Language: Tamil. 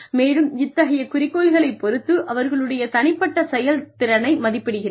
மேலும் இத்தகைய குறிக்கோள்களைப் பொறுத்து அவர்களுடைய தனிப்பட்ட செயல்திறனை மதிப்பிடுகிறது